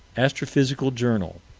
astrophysical journal,